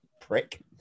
prick